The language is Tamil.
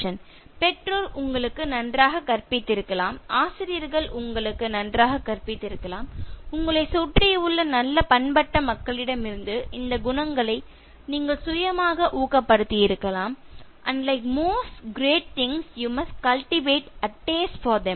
" பெற்றோர் உங்களுக்கு நன்றாக கற்பித்திருக்கலாம் ஆசிரியர்கள் உங்களுக்கு நன்றாக கற்பித்திருக்கலாம் உங்களைச் சுற்றியுள்ள நல்ல பண்பட்ட மக்களிடமிருந்து இந்த குணங்களை நீங்கள் சுயமாக ஊக்கப்படுத்தியிருக்கலாம் "and like most great things you must cultivate a taste for them